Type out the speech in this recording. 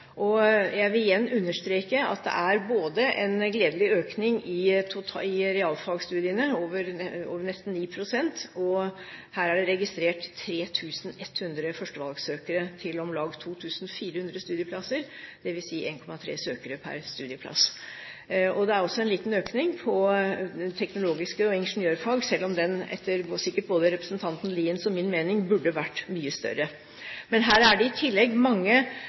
og jeg vil igjen understreke at det er en gledelig økning i realfagstudiene – på nesten 9 pst. Her er det registrert 3 100 førstevalgssøkere til om lag 2 400 studieplasser, dvs. 1,3 søkere per studieplass. Det er også en liten økning på teknologiske fag og ingeniørfag, selv om den sikkert etter representanten Liens og også min mening burde vært mye større. Men her er det i tillegg mange